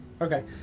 Okay